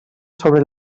sobre